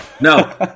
no